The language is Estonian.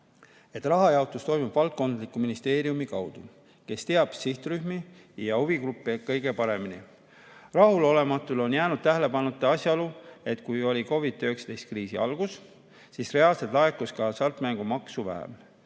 et raha jaotamine toimub valdkondliku ministeeriumi kaudu, kes teab sihtrühmi ja huvigruppe kõige paremini. Rahulolematutel on jäänud tähelepanuta asjaolu, et kui oli COVID‑19 kriisi algus, siis reaalselt laekus ka hasartmängumaksu vähem.